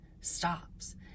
stops